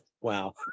Wow